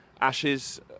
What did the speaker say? Ashes